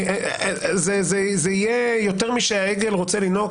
זה יהיה יותר משהעגל רוצה לינוק,